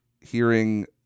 hearing